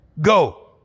go